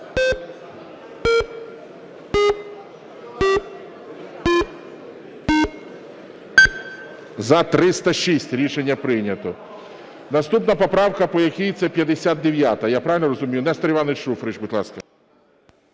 За-306 Рішення прийнято. Наступна поправка, по якій… – це 59-а. Я правильно розумію? Нестор Іванович Шуфрич, будь ласка.